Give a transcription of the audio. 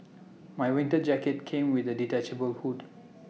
my winter jacket came with A detachable hood